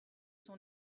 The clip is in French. son